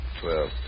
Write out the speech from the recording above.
twelve